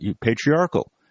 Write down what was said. patriarchal